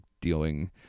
dealing